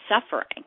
suffering